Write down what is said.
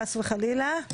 חס וחלילה,